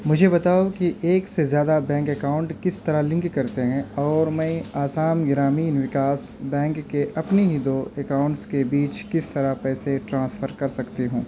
مجھے بتاؤ کہ ایک سے زیادہ بینک اکاؤنٹ کس طرح لنک کرتے ہیں اور میں آسام گرامین وکاس بینک کے اپنے ہی دو اکاؤنٹس کے بیچ کس طرح پیسے ٹرانسفر کر سکتی ہوں